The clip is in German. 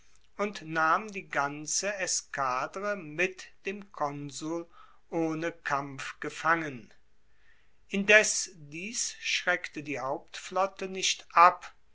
und nahm die ganze eskadre mit dem konsul ohne kampf gefangen indes dies schreckte die hauptflotte nicht ab